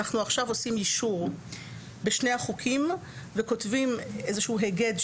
עכשיו אנחנו עושים יישור בשני החוקים וכותבים היגד: